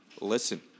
listen